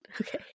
Okay